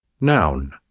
noun